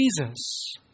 Jesus